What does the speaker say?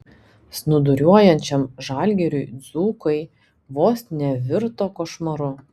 snūduriuojančiam žalgiriui dzūkai vos nevirto košmaru